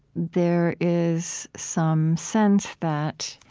there is some sense that